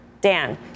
Dan